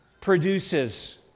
produces